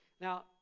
Now